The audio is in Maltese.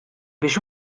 biex